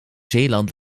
zeeland